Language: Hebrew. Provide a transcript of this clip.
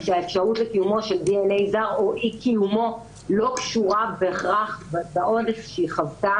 שהאפשרות לקיומו של DNA זר או אי קיומו לא קשור בהכרח לאונס שהיא חוותה,